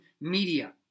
media